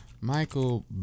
Michael